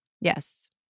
Yes